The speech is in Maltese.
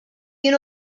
jien